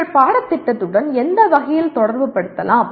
உங்கள் பாடத்திட்டத்துடன் எந்த வகையில் தொடர்புபடுத்தலாம்